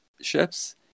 ships